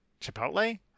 Chipotle